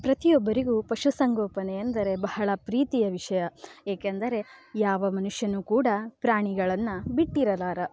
ಪ್ರತಿಯೊಬ್ಬರಿಗೂ ಪಶುಸಂಗೋಪನೆ ಎಂದರೆ ಬಹಳ ಪ್ರೀತಿಯ ವಿಷಯ ಏಕೆಂದರೆ ಯಾವ ಮನುಷ್ಯನೂ ಕೂಡ ಪ್ರಾಣಿಗಳನ್ನು ಬಿಟ್ಟಿರಲಾರ